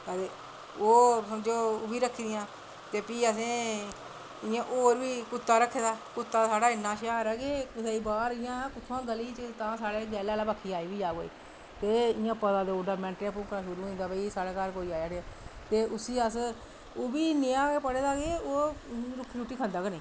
ते ओह् समझो ओह् बी रक्खी दियां ते फ्ही इयां होर असैं कुत्ता रक्खे दा कुत्ता साढ़ा इन्ना होशियार ऐ कि बाह्र इयां इत्थमां दा गली त तां साढ़ी गैह्ला आह्ली बक्खी आई बी जा कोई ते इयां पता देई ओड़दा मैंटै च कि साढ़ै घर कोई आया ते उसी अस ते ओह् बी नेहा पढ़े दा कि ओह् रुक्खी रुट्टी खंदा गै नी